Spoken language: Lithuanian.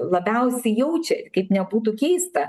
labiausiai jaučia kaip nebūtų keista